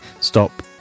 Stop